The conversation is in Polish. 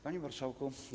Panie Marszałku!